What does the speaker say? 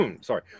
Sorry